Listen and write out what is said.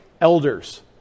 elders